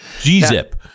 G-zip